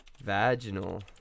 vaginal